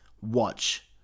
watch